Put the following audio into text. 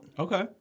Okay